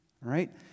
Right